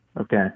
okay